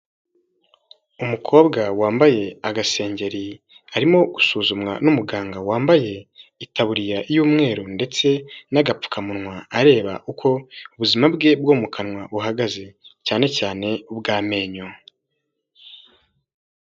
Umukobwa wambaye agasengeri arimo gusuzumwa n'umuganga wambaye itaburiya y'umweru ndetse n'agapfukamunwa areba uko ubuzima bwe bwo mu kanwa buhagaze cyane cyane ubw'amenyo.